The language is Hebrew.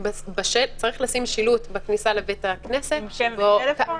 צריך לשים שילוט בכניסה לבית הכנסת שבו --- עם שם וטלפון?